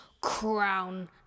crown